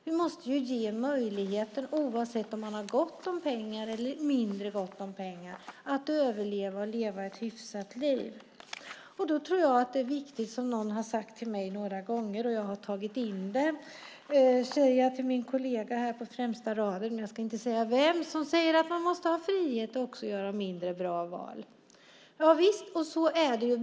Vi måste ge möjligheter oavsett om man har gott om pengar eller mindre gott om pengar att överleva och leva ett hyfsat liv. Det är viktigt som någon har sagt till mig några gånger och som jag har tagit in. Det säger jag till min kollega här på främsta raden - jag ska inte säga vem - som säger: Man ska ha frihet att också göra mindre bra val. Javisst, så är det.